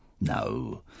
no